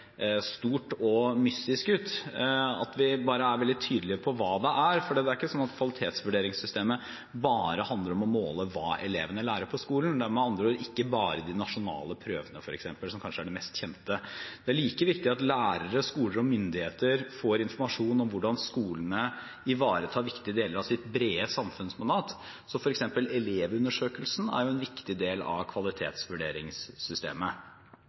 stort og mystisk ut – at vi er veldig tydelige på hva det er, for det er ikke slik at kvalitetsvurderingssystemet bare handler om å måle hva elevene lærer på skolen. Det er med andre ord ikke bare de nasjonale prøvene, f.eks., som kanskje er det mest kjente. Det er like viktig at lærere, skoler og myndigheter får informasjon om hvordan skolene ivaretar viktige deler av sitt brede samfunnsmandat. For eksempel er Elevundersøkelsen en viktig del av kvalitetsvurderingssystemet.